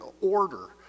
order